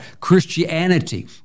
Christianity